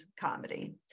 comedy